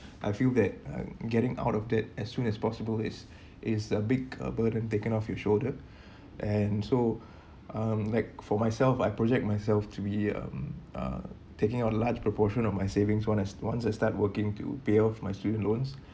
I feel that I'm getting out of that as soon as possible is is a big uh burden taken off your shoulder and so um like for myself I project myself to be um uh taking a large proportion of my savings one as once I start working to pay off my student loans